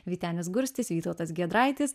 vytenis gurstis vytautas giedraitis